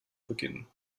beginnen